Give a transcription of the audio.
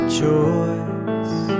choice